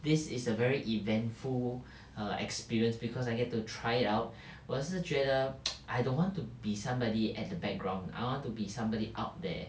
this is a very eventful err experience because I get to try it out 我是觉得 I don't want to be somebody at the background I want to be somebody out there